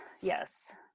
Yes